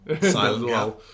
silent